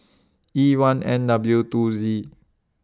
E one N W two Z